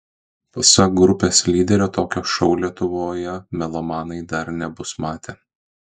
pasak grupės lyderio tokio šou lietuvoje melomanai dar nebus matę